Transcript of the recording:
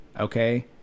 Okay